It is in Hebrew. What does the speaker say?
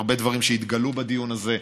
והרבה דברים התגלו בדיון הזה,